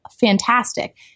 fantastic